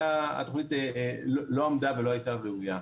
התוכנית לא עמדה ולא הייתה ראויה.